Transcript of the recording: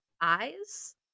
eyes